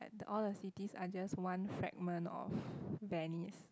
all the cities are just one fragment of venice